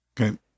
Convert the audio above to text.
Okay